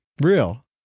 real